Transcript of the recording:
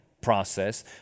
process